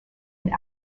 and